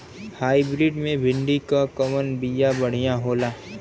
Hybrid मे भिंडी क कवन बिया बढ़ियां होला?